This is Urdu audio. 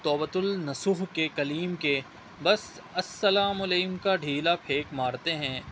توبۃ النصوح کے کلیم کے بس السّلام علیک ڈھیلا پھیک مارتے ہیں